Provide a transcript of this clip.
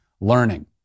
learning